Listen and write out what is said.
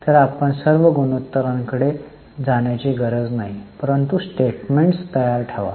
तर आपण सर्व गुणोत्तरांकडे जाण्याची गरज नाही परंतु स्टेटमेंट्स तयार ठेवा